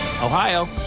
Ohio